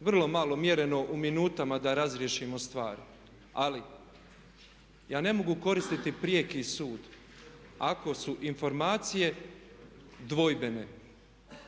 vrlo malo, mjereno u minutama da razriješimo stvar. Ali ja ne mogu koristiti prijeki sud ako su informacije dvojbene